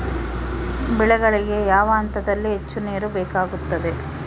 ಬೆಳೆಗಳಿಗೆ ಯಾವ ಹಂತದಲ್ಲಿ ಹೆಚ್ಚು ನೇರು ಬೇಕಾಗುತ್ತದೆ?